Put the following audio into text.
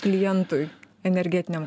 klientui energetiniam